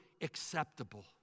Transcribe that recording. acceptable